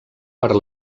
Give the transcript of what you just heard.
per